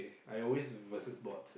I always versus boards